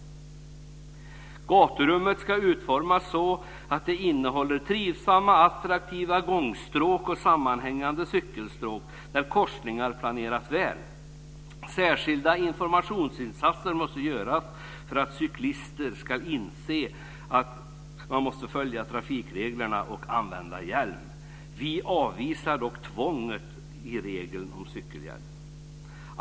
Gaturummet ska utformas så att det innehåller trivsamma attraktiva gångstråk och sammanhängande cykelstråk där korsningar planeras väl. Särskilda informationsinsatser måste göras för att cyklister ska inse att de måste följa trafikreglerna och använda hjälm. Vi avvisar dock tvingande regler om cykelhjälm.